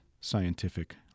scientific